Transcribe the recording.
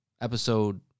Episode